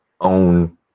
own